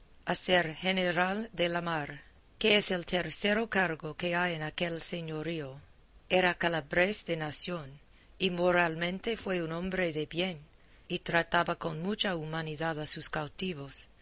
de la mar que es el tercero cargo que hay en aquel señorío era calabrés de nación y moralmente fue un hombre de bien y trataba con mucha humanidad a sus cautivos